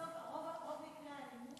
בסוף, רוב מקרי האלימות